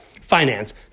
Finance